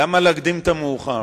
למה להקדים את המאוחר?